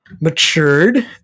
matured